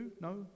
No